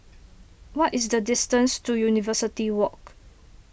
what is the distance to University Walk